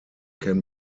can